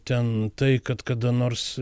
ten tai kad kada nors